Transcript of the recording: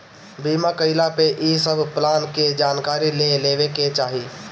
बीमा कईला पअ इ सब प्लान के जानकारी ले लेवे के चाही